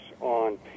on